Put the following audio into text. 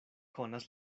konas